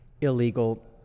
illegal